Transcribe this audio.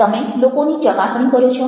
તમે લોકોની ચકાસણી કરો છો